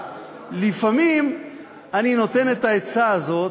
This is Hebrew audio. לפעמים אני נותן את העצה הזאת,